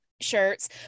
shirts